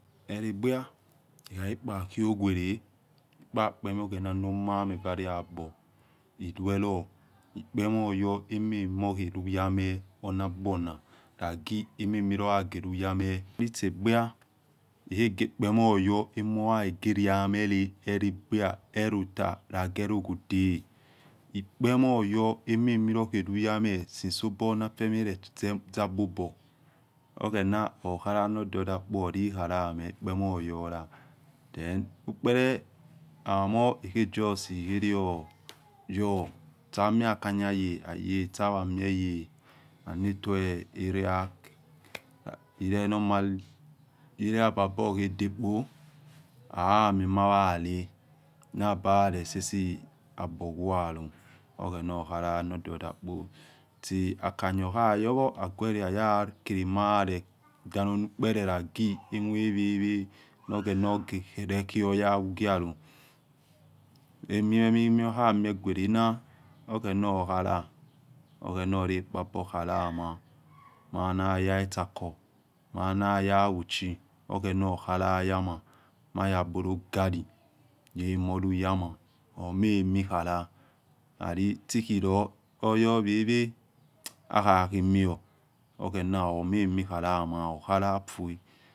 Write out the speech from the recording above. Elegbiah hihahe kpa khiowere okpakpemho oghena no mameh vare agbor eruelor ekpemilihu emamoheluyame wornagborna, lagi etse biah ekpemor yor emoyahe geriamele eolegbiah, elota, elekhua, lagelokhode, ekpe moyo emami lokhelu, ame since natfeme ezogbor oboh, oghena okhala nododa kpo hulikhalayemeh omoyola, then ukpele hamo ekhe justi herioyo tsa mia kha niya ye aye tsawa mie ye adetue area ue normally lle ababohedokpo halamiomalale, nabare sesagbor gwala oghena okhala nodo dakpo tsi akhaya nya okhayo, aguero aya kole marare danonukpele lageamore wuewhe nor oghena oge rokheoya ughialo, omime mewo eyohamie guorena oghena okhala oghena horekpagbor khala ama mah naya etsako mah naya auchi oghena okhala yamah mahyakpolo ghallo ye amorluyamah humamokhala itsihilo oya whewhe akha khege mior oghena omamo khalamah okhala fuoh.